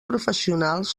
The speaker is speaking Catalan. professionals